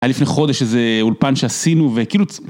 היה לפני חודש איזה אולפן שעשינו, וכאילו...